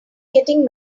getting